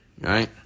right